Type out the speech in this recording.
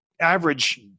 average